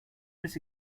this